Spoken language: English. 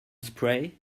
spray